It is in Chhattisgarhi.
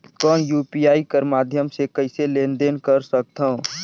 कौन यू.पी.आई कर माध्यम से कइसे लेन देन कर सकथव?